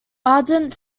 ardent